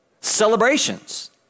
celebrations